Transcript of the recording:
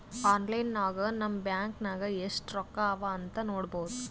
online ನಾಗ್ ನಮ್ bank ನಾಗ್ ಎಸ್ಟ್ ರೊಕ್ಕಾ ಅವಾ ಅಂತ್ ನೋಡ್ಬೋದ